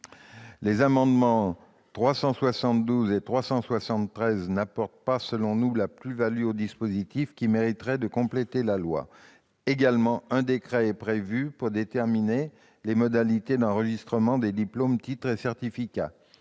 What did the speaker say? Les amendements n 372 et 373 n'apportent pas, selon nous, une telle plus-value au dispositif qu'ils mériteraient de compléter la loi. Un décret est prévu pour déterminer les modalités d'enregistrement des diplômes, titres et certificats.